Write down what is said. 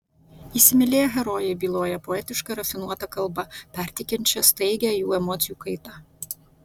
įsimylėję herojai byloja poetiška rafinuota kalba perteikiančia staigią jų emocijų kaitą